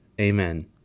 Amen